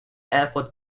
airport